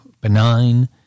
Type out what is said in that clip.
benign